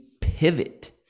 pivot